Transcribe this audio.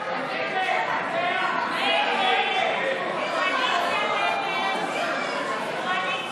ההצעה להעביר לוועדה את הצעת חוק התרת